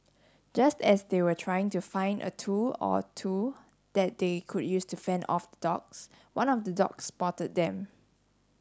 just as they were trying to find a tool or two that they could use to fend off the dogs one of the dogs spotted them